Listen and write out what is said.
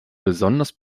besonders